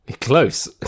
Close